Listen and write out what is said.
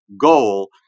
goal